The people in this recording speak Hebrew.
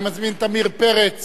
אני מזמין את עמיר פרץ